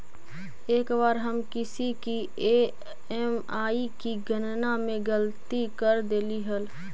एक बार हम किसी की ई.एम.आई की गणना में गलती कर देली हल